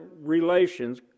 relations